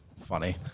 funny